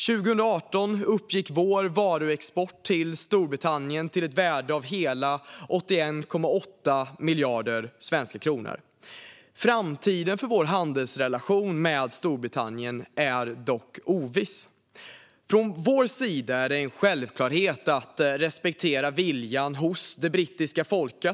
År 2018 uppgick vår varuexport till Storbritannien till ett värde av hela 81,8 miljarder svenska kronor. Framtiden för vår handelsrelation med Storbritannien är dock oviss. Från vår sida är det en självklarhet att respektera viljan hos det brittiska folket.